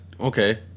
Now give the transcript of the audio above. Okay